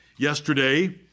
Yesterday